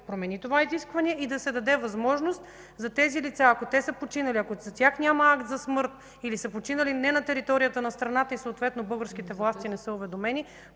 промени това изискване и да се даде възможност за тези лица, ако са починали, ако за тях няма акт за смъртност или са починали не на територията на страната и съответно българските власти не са уведомени,